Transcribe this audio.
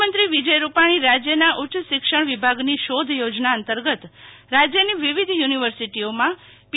મુખ્યમંત્રી વિજય રૂપાણી રાજ્યના ઉચ્ચશિક્ષણ વિભાગની શોધ યોજના અંતર્ગત રાજ્યની વિવિધ યુનિવર્સિટીઓમાં પી